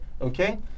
Okay